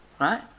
Right